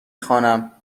خوانم